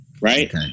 right